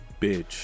Bitch